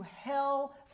hell